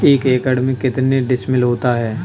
एक एकड़ में कितने डिसमिल होता है?